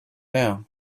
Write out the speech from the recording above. there